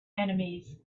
enemies